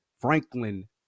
Franklin